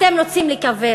אתם רוצים לכווץ,